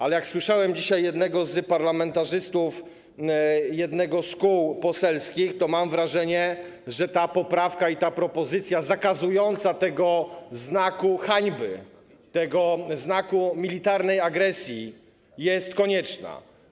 Ale jak słyszałem dzisiaj jednego z parlamentarzystów jednego z kół poselskich, to mam wrażenie, że ta poprawka i ta propozycja zakazująca znaku hańby, znaku militarnej agresji jest konieczna.